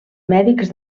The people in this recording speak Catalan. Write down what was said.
mèdics